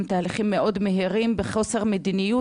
הם תהליכים מאוד מהירים בחוסר מדיניות,